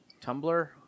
Tumblr